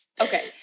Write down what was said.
Okay